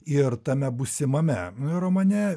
ir tame būsimame romane